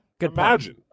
Imagine